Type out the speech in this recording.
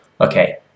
okay